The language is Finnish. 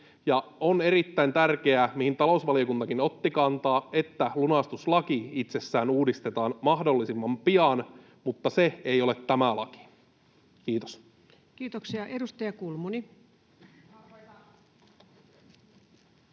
on erittäin tärkeää — mihin talousvaliokuntakin otti kantaa — että lunastuslaki itsessään uudistetaan mahdollisimman pian. Mutta se ei ole tämä laki. — Kiitos. Kiitoksia. — Edustaja Kulmuni.